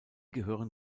gehören